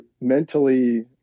mentally